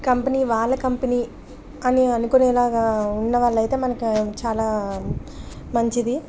company వాళ్ళ company అని అనుకునే లాగా ఉన్నవాళ్ళయితే మనకి చాలా మంచిది